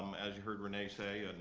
um as you heard rene say,